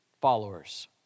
followers